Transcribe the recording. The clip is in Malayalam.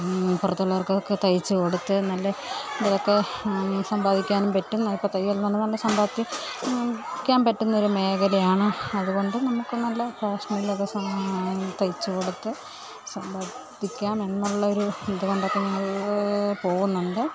പുറത്തുള്ളവർക്കൊക്കെ തയ്ച്ചു കൊടുത്തു നല്ല ഇതൊക്കെ സമ്പാദിക്കാനും പറ്റും നമുക്ക് തയ്യലിൽ നിന്ന് പറഞ്ഞാൽ നല്ല സമ്പാദ്യം ക്കാൻ പറ്റുന്ന ഒരു മേഖലയാണ് അതുകൊണ്ട് നമുക്ക് നല്ല ഫാഷനിലൊക്കെ തയ്ച്ച്ചു കൊടുത്ത് സമ്പാദിക്കാം എന്നൊള്ള ഒരു ഇത് കൊണ്ടൊക്കെ പോകുന്നുണ്ട്